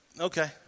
okay